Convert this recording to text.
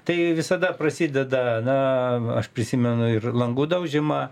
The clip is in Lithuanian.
tai visada prasideda na aš prisimenu ir langų daužymą